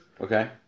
Okay